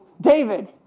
David